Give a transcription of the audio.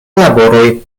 laboroj